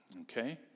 okay